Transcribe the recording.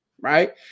Right